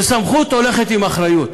שסמכות הולכת עם אחריות.